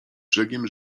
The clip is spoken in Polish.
brzegiem